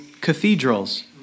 cathedrals